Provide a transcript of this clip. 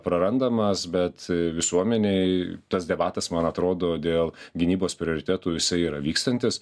prarandamas bet visuomenėj tas debatas man atrodo dėl gynybos prioritetų jisai yra vykstantis